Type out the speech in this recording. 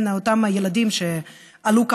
אותם ילדים שעלו ארצה,